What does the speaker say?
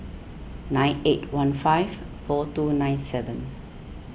nine eight one five four two nine seven